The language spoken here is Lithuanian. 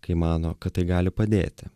kai mano kad tai gali padėti